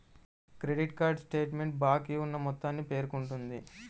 credit card statement బాకీ ఉన్న మొత్తాన్ని పేర్కొంటుంది